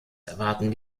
erwarten